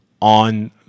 on